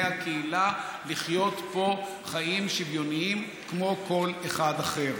הקהילה לחיות פה חיים שוויוניים כמו כל אחד אחר.